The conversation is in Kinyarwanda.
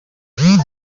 rimwe